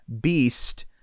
beast